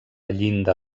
llinda